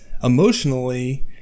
emotionally